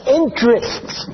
interests